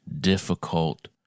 difficult